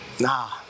Nah